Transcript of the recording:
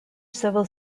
civil